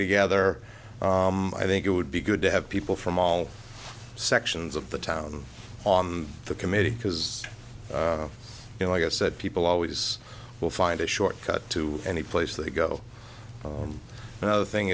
together i think it would be good to have people from all sections of the town on the committee because you know like i said people always will find a shortcut to any place they go you know the thing